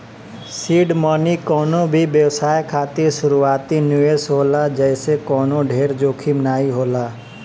seed money कवनो भी व्यवसाय खातिर शुरूआती निवेश होला जेसे कवनो ढेर जोखिम नाइ होला